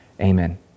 Amen